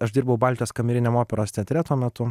aš dirbau baltijos kameriniam operos teatre tuo metu